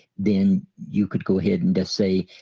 then you could go ahead and just say